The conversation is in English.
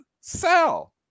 sell